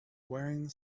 wearing